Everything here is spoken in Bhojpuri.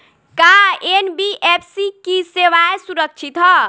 का एन.बी.एफ.सी की सेवायें सुरक्षित है?